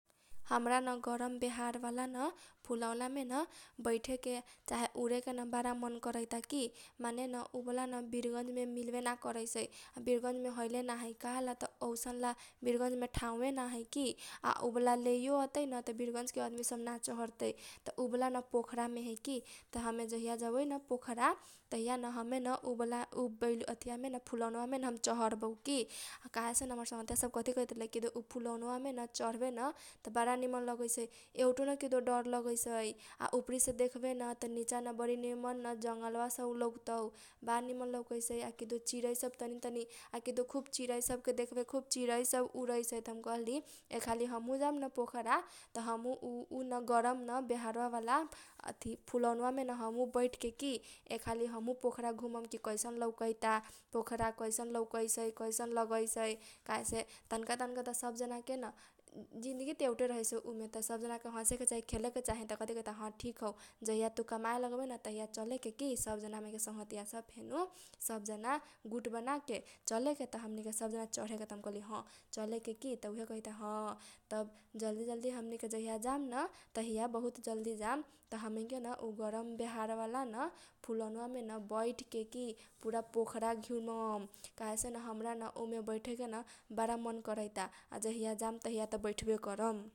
हमरा न गरम बेहारवालान फुलवनामेन बैठेके चाहे उरेकेन बारा मन करैता की माने न उ बालान बिरगंज मे मिलबे ना करैसै आ बिरगंज मे हयले ना है त काहेला त ओइसनला बिरगंज मे ठाउ वेना हैकी आ उ वाला लेइयो अतैन त बिरगंज के अदमी सब ना चहरतै त उ वाला न पोखरा मे है की त हमे जबइन पोखरा तहिया हमेन उ वाला hesitation फुलवनावामेन जहरबउ की आ काहेसेन हमर संगघतीया सब कथी कहीत रहल किदो उ फुलवनवामेन त चढवेन त वारा निमन लगैसाइ एउटो न किदो डर लगैसाइ आ उपरीसे देखबेन निचा बरी निमन न जंगलवा सब लउकतउ बा निमन लौकैसउ आ किदो चिरैसब तनी तनी आ खुब चिरैसबके देखबे खुब चिरैसब उरैसै किदो कहली हमहु जायम पोखरा त उन गरम बेहारवाला फुलवनावामेन हमहु बैठके की एक हाली हमहु पोखरा घुमम की कैसन लौकैता पोखरा कैसन लौकैसै केसन लगैसै तनका तनका सब जनाकेन जिन्दगी त एउटे रहैसै त सब जनाके हसेके चाही खेलेके चाही त कथी कहिता ह ठिक हौ जहिया तु कमाए लगवेन तहीया चलेके की हमनीके सब संगघतीया सब की सब संगघतीया सब गुट बनाके चलेके की त उहे कहैता ह तब जलदी जलदी हमनी के गरम बेहारवालान फुलवनावामेन बेठेके की पुरा पोखरा घुमम त काहेसेन उमे बैठेकेन बारा मन करैता आ जहिया जाम तहिया त बैठबे करम ।